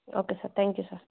okay sir thank you sir